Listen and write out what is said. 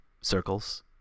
circles